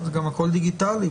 זה גם הכול דיגיטלי,